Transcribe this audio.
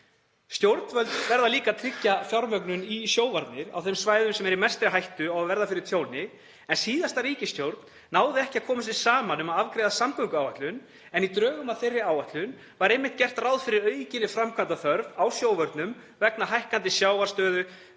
Stjórnvöld verða líka að tryggja fjármögnun í sjóvarnir á þeim svæðum sem eru í mestri hættu á að verða fyrir tjóni. Síðasta ríkisstjórn náði ekki að koma sér saman um að afgreiða samgönguáætlun en í drögum að þeirri áætlun var einmitt gert ráð fyrir aukinni framkvæmdaþörf á sjóvörnum vegna hækkandi sjávarstöðu